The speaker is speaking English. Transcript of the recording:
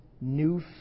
new